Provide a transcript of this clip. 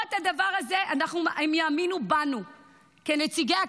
למרות הדבר הזה הם יאמינו בנו כנציגי הקהילה.